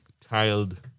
tiled